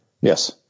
Yes